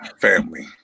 family